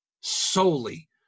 solely